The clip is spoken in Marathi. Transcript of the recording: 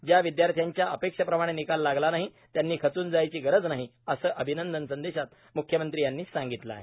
ज्या विद्यार्थ्यांच्या अपेक्षेप्रमाणे निकाल लागला नाही त्यांनी खचून जायची गरज नाही असे अभिनंदन संदेशात म्ख्यमंत्री यांनी सांगितले आहे